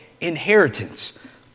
inheritance